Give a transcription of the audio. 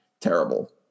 Terrible